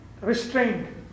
restrained